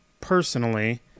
personally